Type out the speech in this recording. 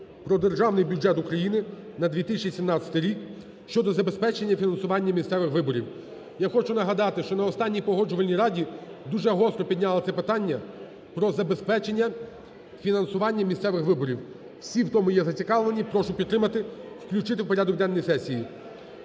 "Про Держаний бюджет України на 2017 рік" (щодо забезпечення фінансування місцевих виборів). Я хочу нагадати, що на останній Погоджувальній раді дуже гостро підняли це питання про забезпечення фінансування місцевих виборів. Всі, хто є в цьому зацікавлені, прошу підтримати включити у порядок денний сесії.